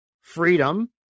freedom